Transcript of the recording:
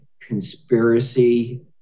conspiracy